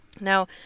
Now